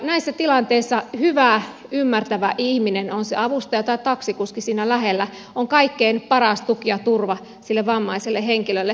näissä tilanteissa hyvä ymmärtävä ihminen on se avustaja tai taksikuski siinä lähellä on kaikkein paras tuki ja turva sille vammaiselle henkilölle